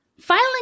Filing